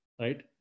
right